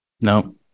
no